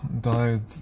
died